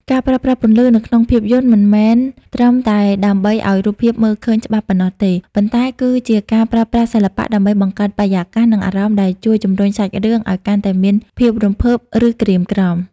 ការប្រើប្រាស់ពន្លឺនៅក្នុងភាពយន្តមិនមែនត្រឹមតែដើម្បីឱ្យរូបភាពមើលឃើញច្បាស់ប៉ុណ្ណោះទេ ប៉ុន្តែគឺជាការប្រើប្រាស់សិល្បៈដើម្បីបង្កើតបរិយាកាស និងអារម្មណ៍ដែលជួយជម្រុញសាច់រឿងឱ្យកាន់តែមានភាពរំភើប ឬក្រៀមក្រំ។